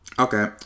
Okay